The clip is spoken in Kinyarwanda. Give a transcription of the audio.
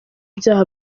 byaha